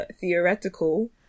theoretical